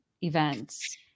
events